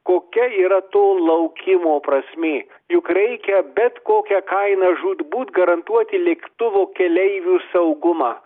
kokia yra to laukimo prasmė juk reikia bet kokia kaina žūtbūt garantuoti lėktuvo keleivių saugumą